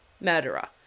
murderer